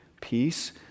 peace